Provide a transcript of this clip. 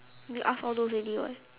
you ask all those already [what]